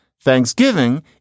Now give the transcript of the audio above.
Thanksgiving